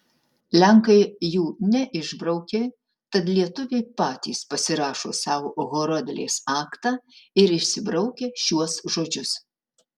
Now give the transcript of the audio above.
lenkai jų neišbraukė tad lietuviai patys pasirašo sau horodlės aktą ir išsibraukia šituos žodžius